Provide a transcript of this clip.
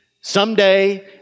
someday